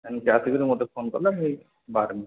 ଏମିତି ଆସିକିରି ମୋତେ ଫୋନ୍ କଲେ ମୁଁ ବାହାରିବି